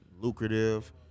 lucrative